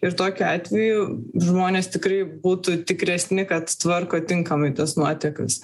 ir tokiu atveju žmonės tikrai būtų tikresni kad tvarko tinkamai tas nuotekas